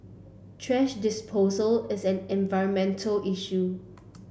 trash disposal is an environmental issue